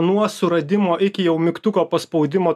nuo suradimo iki jau mygtuko paspaudimo